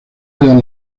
eran